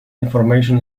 information